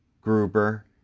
Gruber